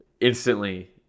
instantly